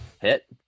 Hit